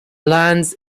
lands